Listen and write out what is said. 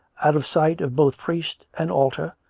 out of sight of both priest and altar,